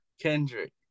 kendrick